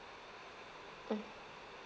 mm